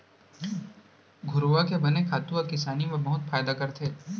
घुरूवा के बने खातू ह किसानी म बहुत फायदा करथे